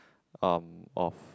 um of